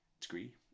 degree